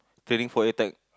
turning for attack